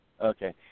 Okay